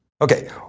Okay